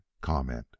comment